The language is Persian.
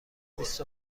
بیست